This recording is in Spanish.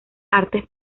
artes